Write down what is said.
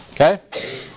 Okay